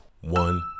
one